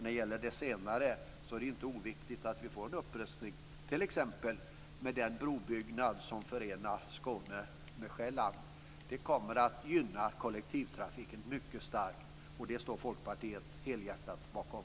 När det gäller det senare är det inte oviktigt att vi får en upprustning t.ex. med den brobyggnad som förenar Skåne med Själland. Det kommer att gynna kollektivtrafiken mycket starkt. Det står Folkpartiet helhjärtat bakom.